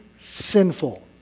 sinful